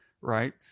right